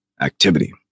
activity